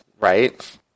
right